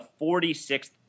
46th